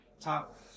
Top